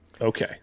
Okay